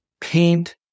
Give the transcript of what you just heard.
paint